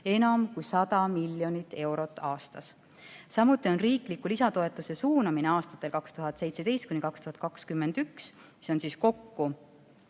enam kui 100 miljonit eurot aastas. Samuti on riikliku lisatoetuse suunamine aastatel 2017–2021, see on siis kokku